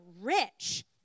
rich